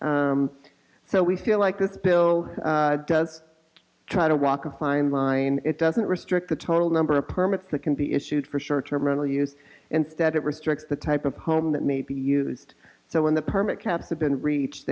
so we feel like this bill does try to walk a fine line it doesn't restrict the total number of permits that can be issued for short term rental use instead it restricts the type of home that may be used so when the permit cats have been reached